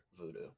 Voodoo